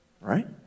Right